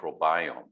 microbiome